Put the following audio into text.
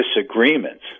disagreements